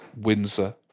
Windsor